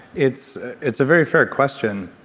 it's it's a very fair question